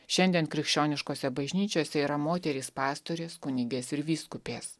šiandien krikščioniškose bažnyčiose yra moterys pastorės kunigės ir vyskupės